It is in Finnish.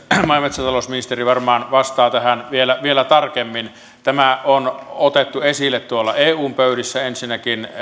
maa ja metsätalousministeri varmaan vastaa tähän vielä vielä tarkemmin tämä on otettu esille tuolla eun pöydissä ensinnäkin